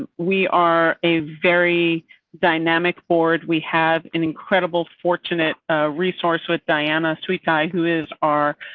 ah we are a very dynamic board. we have an incredible fortunate resource with diana sweet guy who is our.